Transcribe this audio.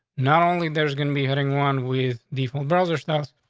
not only there's gonna be heading one with default browser stuff.